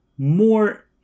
more